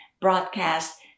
broadcast